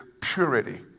purity